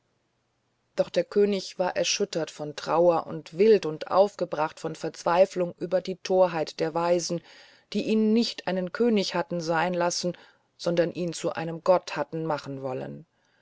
doch der könig war erschüttert von trauer und wild und aufgebracht von verzweiflung über die torheit der weisen die ihn nicht einen könig hatten sein lassen sondern ihn zu einem gott hatten machen wollen